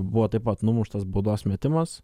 buvo taip pat numuštas baudos metimas